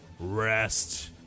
Rest